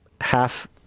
half